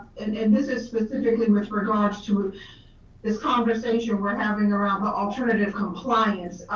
and and this is specifically with regards to this conversation we're having around the alternative compliance.